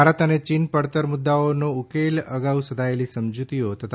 ભારત અને ચીન પડતર મુદ્દાઓનો ઉકેલ અગાઉ સધાયેલી સમજૂતીઓ તથા